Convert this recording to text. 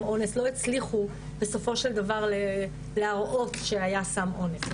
אונס לא הצליחו בסופו של דבר להראות שהיה סם אונס,